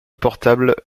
portable